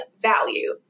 value